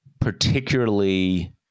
particularly